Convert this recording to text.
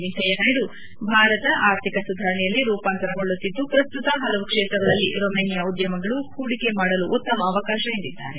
ವೆಂಕಯ್ಯ ನಾಯ್ಡು ಭಾರತ ಆರ್ಥಿಕ ಸುಧಾರಣೆಯಲ್ಲಿ ರೂಪಾಂತರಗೊಳ್ಳುತ್ತಿದ್ದು ಪ್ರಸ್ತುತ ಹಲವು ಕ್ಷೇತ್ರಗಳಲ್ಲಿ ರೊಮೇನಿಯಾ ಉದ್ಯಮಿಗಳು ಹೂಡಿಕೆ ಮಾಡಲು ಉತ್ತಮ ಅವಕಾಶವಿದೆ ಎಂದಿದ್ದಾರೆ